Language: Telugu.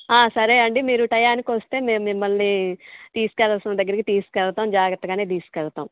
సరే అండి మీరు టైమ్కి వస్తే మేము మిమ్మల్ని తీసుకెళ్లాల్సిన దగ్గరికి తీసుకెళ్తాం జాగ్రత్తగానే తీసుకెళ్తాం